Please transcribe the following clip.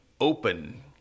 open